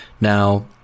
Now